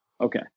Okay